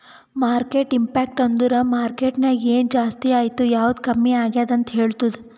market impact ಅಂದುರ್ market ನಾಗ್ ಎನ್ ಜಾಸ್ತಿ ಆಯ್ತ್ ಯಾವ್ದು ಕಮ್ಮಿ ಆಗ್ಯಾದ್ ಅಂತ್ ಹೇಳ್ತುದ್